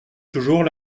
toujours